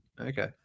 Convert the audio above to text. Okay